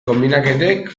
konbinaketek